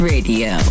Radio